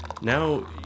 now